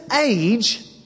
age